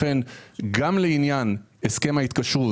לכן גם לעניין הסכם ההתקשרות,